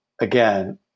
again